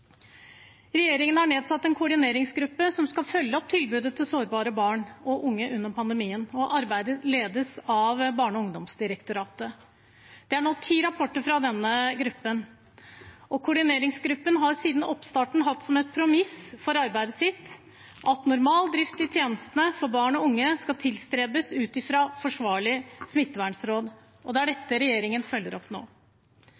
Regjeringen har nedsatt en koordineringsgruppe som skal følge opp tilbudet til sårbare barn og unge under pandemien. Arbeidet ledes av Barne- og ungdomsdirektoratet. Det er nå ti rapporter fra koordineringsgruppen. Gruppen har siden oppstarten hatt som premiss for arbeidet at normal drift i tjenestene for barn og unge skal tilstrebes ut fra forsvarlige smittevernråd. Det er